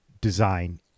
design